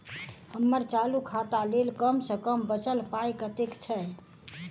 हम्मर चालू खाता लेल कम सँ कम बचल पाइ कतेक छै?